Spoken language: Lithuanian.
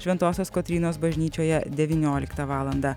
šventosios kotrynos bažnyčioje devynioliktą valandą